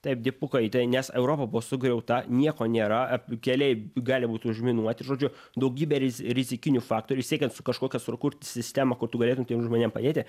taip dipukai tai nes europa buvo sugriauta nieko nėra keliai gali būti užminuoti žodžiu daugybė riz rizikinių faktorių siekiant su kažkokią sukurt sistemą kur tu galėtum tiem žmonėm padėti